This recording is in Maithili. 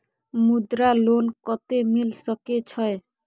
मुद्रा लोन कत्ते मिल सके छै?